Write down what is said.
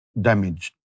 damaged